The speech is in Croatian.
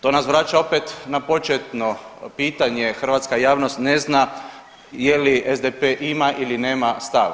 To nas vraća opet na početno pitanje, hrvatska javnost ne zna je li SDP ima ili nema stav.